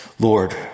Lord